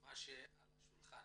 מה שעל השולחן,